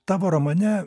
tavo romane